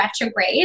retrograde